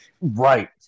Right